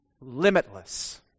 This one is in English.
limitless